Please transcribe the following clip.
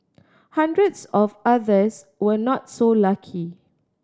hundreds of others were not so lucky